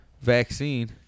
vaccine